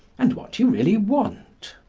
and what you really want